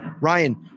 Ryan